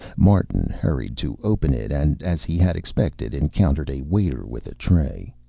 martin hurried to open it and as he had expected encountered a waiter with a tray.